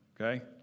okay